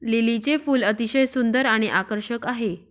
लिलीचे फूल अतिशय सुंदर आणि आकर्षक आहे